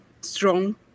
strong